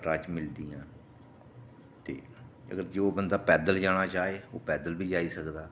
राह् च मिलदियां ते अगर जो बंदा पैदल जाना चाहे ओह् पैदल बी जाई सकदा